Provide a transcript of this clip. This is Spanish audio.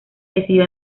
decidió